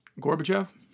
Gorbachev